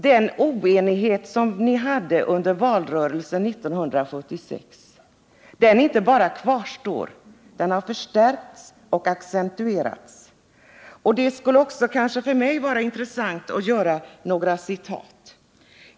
Den oenighet som ni visade upp under valrörelsen 1976 inte bara kvarstår utan har accentuerats. Det kan också vara intressant att anföra några citat i detta sammanhang.